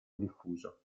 diffuso